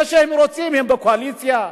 כשהם רוצים הם בקואליציה.